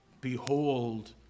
behold